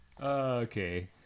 Okay